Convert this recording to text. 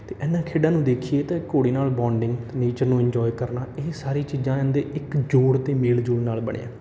ਅਤੇ ਇਹਨਾਂ ਖੇਡਾਂ ਨੂੰ ਦੇਖੀਏ ਤਾਂ ਘੋੜੇ ਨਾਲ ਬੋਂਡਿੰਗ ਨੇਚਰ ਨੂੰ ਇੰਜੋਏ ਕਰਨਾ ਇਹ ਸਾਰੀ ਚੀਜ਼ਾਂ ਇਹਨਾਂ ਦੇ ਇੱਕ ਜੋੜ ਅਤੇ ਮੇਲ ਜੋੜ ਨਾਲ ਬਣਿਆ